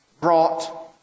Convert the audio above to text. brought